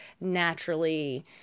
naturally